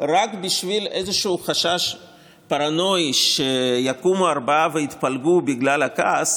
רק בשביל איזשהו חשש פרנואי שיקומו ארבעה ויתפלגו בגלל הכעס